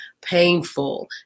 painful